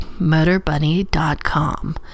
MotorBunny.com